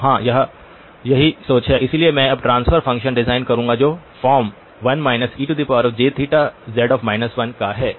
तो हां यह सही सोच है इसलिए मैं अब एक ट्रांसफर फंक्शन डिजाइन करूंगा जो फॉर्म 1 ejθz 1 का है